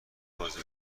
بازی